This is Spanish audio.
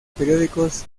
periódicos